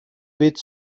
bit